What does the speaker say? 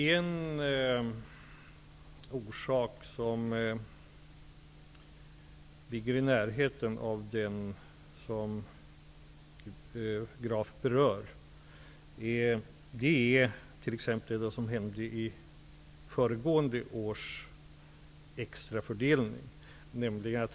Herr talman! Ett exempel som ligger nära det som Carl Fredrik Graf berör är t.ex. vad som hände vid föregående års extrafördelning.